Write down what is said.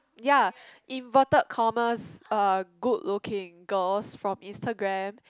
ya inverted commas uh good looking girls from Instagram